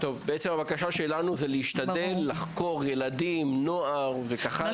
הבקשה שלנו להשתדל לחקור ילדים ונוער וכך הלאה